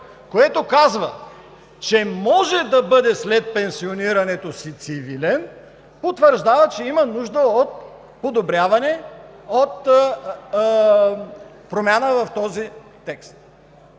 което казва, че може да бъде след пенсионирането си цивилен, потвърждава, че има нужда от подобряване, от промяна в този текст.